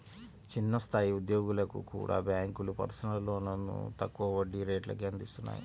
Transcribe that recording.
చిన్న స్థాయి ఉద్యోగులకు కూడా బ్యేంకులు పర్సనల్ లోన్లను తక్కువ వడ్డీ రేట్లకే అందిత్తన్నాయి